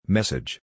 Message